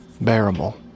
bearable